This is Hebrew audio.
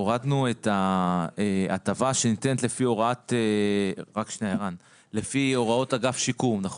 הורדנו את ההטבה שניתנת לפי הוראות אגף שיקום כי